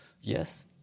Yes